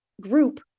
group